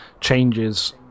changes